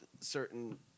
certain